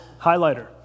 highlighter